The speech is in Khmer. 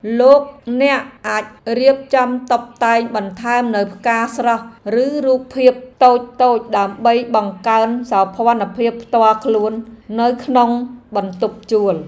លោកអ្នកអាចរៀបចំតុបតែងបន្ថែមនូវផ្កាស្រស់ឬរូបភាពតូចៗដើម្បីបង្កើនសោភ័ណភាពផ្ទាល់ខ្លួននៅក្នុងបន្ទប់ជួល។